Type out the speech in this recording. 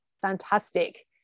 fantastic